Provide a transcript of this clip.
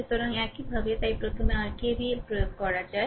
সুতরাং এইভাবে তাই প্রথমে r KVL প্রয়োগ করা যায়